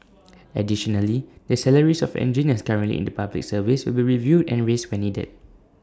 additionally the salaries of engineers currently in the Public Service will be reviewed and raised where needed